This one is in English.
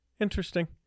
Interesting